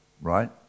right